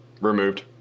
removed